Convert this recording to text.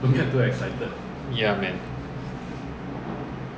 then sharon replied lor said she will put me on a